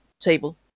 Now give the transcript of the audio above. table